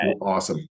awesome